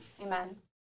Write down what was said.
amen